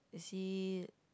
you see